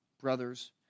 brothers